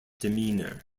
demeanour